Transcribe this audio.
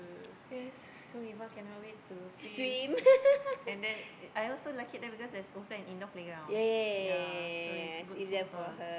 yea so Eva cannot wait to swim and then I also like it there because there is also an indoor playground yea so is good for her